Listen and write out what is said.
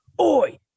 Oi